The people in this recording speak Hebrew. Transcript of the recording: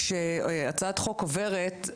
כשהצעת חוק עוברת,